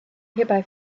hierbei